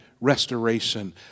restoration